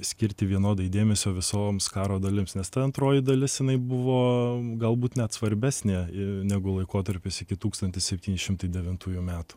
skirti vienodai dėmesio visoms karo dalims nes ta antroji dalis jinai buvo galbūt net svarbesnė negu laikotarpis iki tūkstantis septyni šimtai devintųjų metų